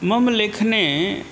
मम लेखने